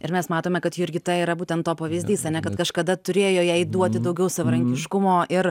ir mes matome kad jurgita yra būtent to pavyzdys ane kad kažkada turėjo jai duodi daugiau savarankiškumo ir